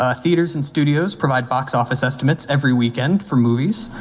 ah theaters and studios provide box office estimates every weekend for movies.